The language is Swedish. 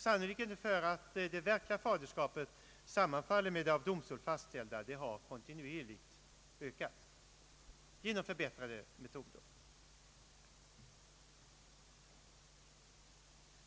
Sannolikheten för att det verkliga faderskapet sammanfaller med det av domstolen fastställda har successivt ökat genom förbättrade metoder